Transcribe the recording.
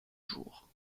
jour